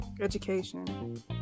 education